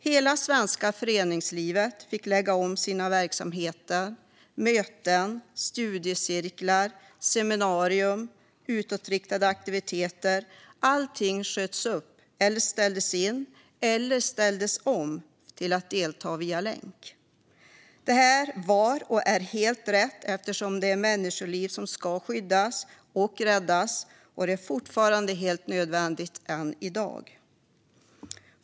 Hela det svenska föreningslivet fick lägga om sina verksamheter, möten, studiecirklar, seminarier och utåtriktade aktiviteter. Allting sköts upp, ställdes in eller ställdes om till deltagande via länk. Detta var och är helt rätt. Människoliv ska skyddas och räddas, och det är helt nödvändigt än i dag.